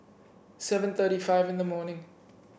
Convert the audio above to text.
seven thirty five in the morning